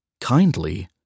kindly